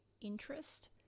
interest